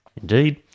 Indeed